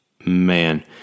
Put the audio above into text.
Man